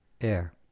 air